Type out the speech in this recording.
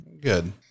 good